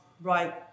right